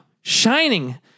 shining